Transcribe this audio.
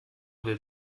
will